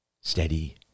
Steady